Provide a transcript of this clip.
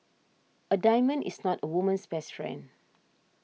a diamond is not a woman's best friend